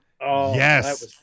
yes